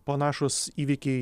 panašūs įvykiai